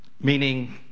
meaning